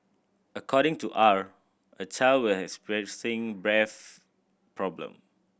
according to R a child was experiencing breath problem